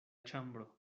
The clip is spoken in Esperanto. ĉambro